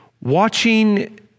watching